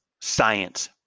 science